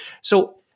So-